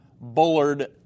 Bullard